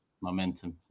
Momentum